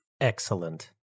Excellent